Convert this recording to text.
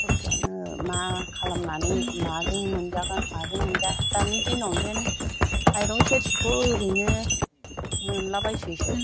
खस्थ'आनो मा खालामनानै माजों मोनजागोन माजों मोनजाया दानि दिनावनदेन माइरं सेरसेखौ ओरैनो मोनलाबायसैसो